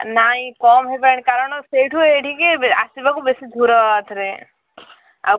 ନାହିଁ କମ୍ ହେବନି କାରଣ ସେଇଠୁ ଏଇଠିକି ଆସିବାକୁ ବେଶି ଦୂର ଆଉ ଥରେ ଆଉ